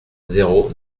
zéro